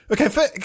Okay